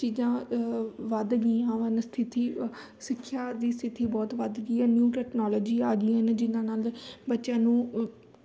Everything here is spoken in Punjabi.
ਚੀਜ਼ਾਂ ਵੱਧ ਗਈਆਂ ਹਨ ਸਥਿਤੀ ਸਿੱਖਿਆ ਦੀ ਸਥਿਤੀ ਬਹੁਤ ਵੱਧ ਗਈ ਹੈ ਨਿਊ ਟੈਕਨੋਲੋਜੀ ਆ ਗਈਆਂ ਨੇ ਜਿਨ੍ਹਾਂ ਨਾਲ ਬੱਚਿਆਂ ਨੂੰ